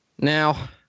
Now